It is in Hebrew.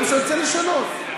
לשנות.